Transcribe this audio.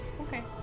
Okay